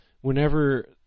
Whenever